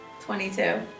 22